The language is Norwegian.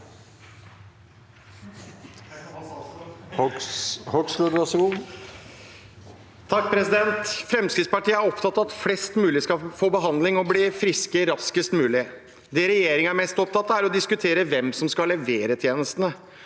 (FrP) Fremskrittspartiet er opptatt av at flest mulig skal få behandling og bli friske raskest mulig. Det regjeringen er mest opptatt av, er å diskutere hvem som skal levere tjenestene.